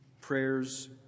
prayers